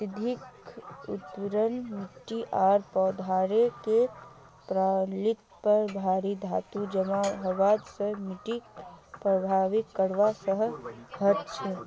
अत्यधिक उर्वरक मिट्टी आर पौधार के प्रणालीत पर भारी धातू जमा हबार स मिट्टीक प्रभावित करवा सकह छह